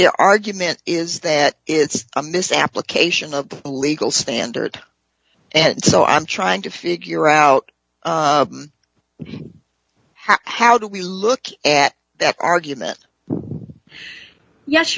their argument is that it's a misapplication of the legal standard and so i'm trying to figure out how do we look at that argument yes